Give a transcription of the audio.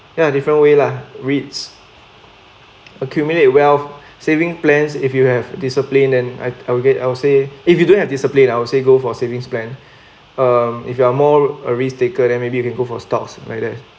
ya different way lah reads accumulate wealth saving plans if you have discipline and I again I would say if you don't have discipline I would say go for savings plan um if you are more a risk taker then maybe you can go for stocks like that